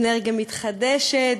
אנרגיה מתחדשת,